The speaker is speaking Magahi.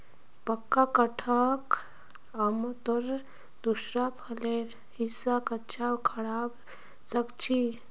पक्का कटहलक आमतौरत दूसरा फलेर हिस्सा कच्चा खबा सख छि